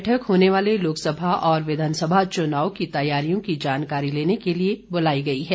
यह बैठक होने वाले लोकसभा और विधानसभा चुनाव की तैयारियों की जानकारी लेने के लिए बुलायी गई है